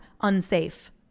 unsafe